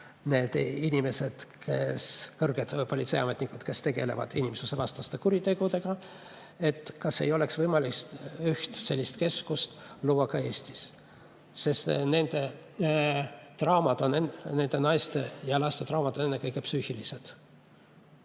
need kõrged politseiametnikud, kes tegelevad inimsusevastaste kuritegudega –, kas ei oleks võimalik luua üks selline keskus Eestis, sest nende naiste ja laste traumad on ennekõike psüühilised.